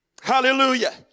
Hallelujah